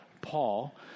Paul